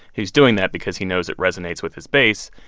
he's doing that because he knows it resonates with his base.